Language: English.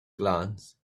glance